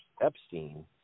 Epstein